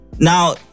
Now